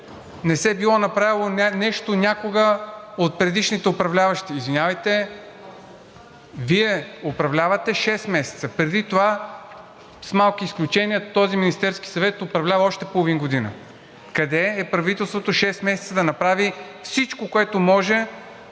че не се било направило нещо някога от предишните управляващи. Извинявайте, Вие управлявате шест месеца, преди това с малки изключения този Министерски съвет управлява още половин година. Къде е правителството шест месеца да направи всичко, което може